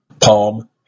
Palm